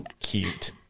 cute